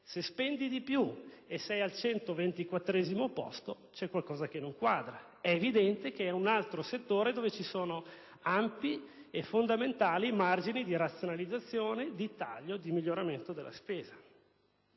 si spende di più e si è al 124° posto, qualcosa non quadra. È evidente che la giustizia è un altro settore dove ci sono ampi e fondamentali margini di razionalizzazione, di taglio e di miglioramento della spesa.